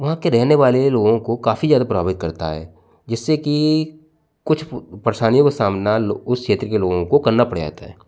वहाँ के रहने वाले लोगों को काफ़ी ज्यादे प्रभावित करता है जिससे की कुछ परेशानियों को सामना उस क्षेत्र के लोगों को करना पड़ जाता है